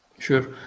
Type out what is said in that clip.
Sure